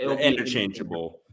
interchangeable